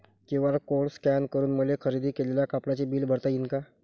QR code scan करून मले खरेदी केलेल्या कापडाचे बिल भरता यीन का?